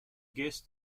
guess